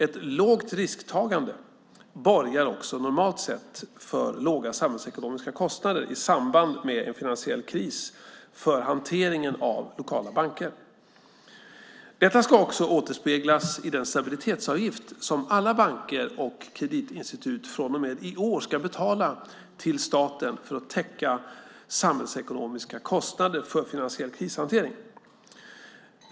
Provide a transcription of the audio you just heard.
Ett lågt risktagande borgar också normalt sett för låga samhällsekonomiska kostnader i samband med en finansiell kris för hanteringen av lokala banker. Detta ska också återspeglas i den stabilitetsavgift som alla banker och kreditinstitut från och med i år ska betala till staten för att täcka samhällsekonomiska kostnader för finansiell krishantering.